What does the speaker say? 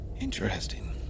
Interesting